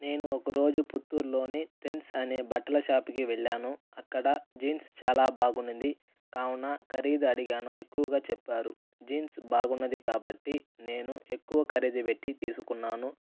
నేను ఒకరోజు పుత్తూర్లోని ట్రెండ్స్ అనే బట్టల షాప్కి వెళ్ళాను అక్కడ జీన్స్ చాలా బాగుంది కావున ఖరీదు అడిగాను ఎక్కువగా చెప్పారు జీన్స్ బాగుంది కాబట్టి నేను ఎక్కువ ఖరీదు పెట్టి తీసుకున్నాను